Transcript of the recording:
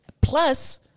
Plus